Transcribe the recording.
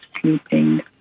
sleeping